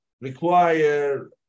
require